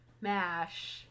MASH